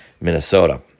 Minnesota